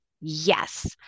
yes